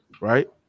right